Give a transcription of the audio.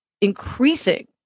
increasing